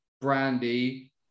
Brandy